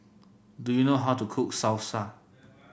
do you know how to cook Salsa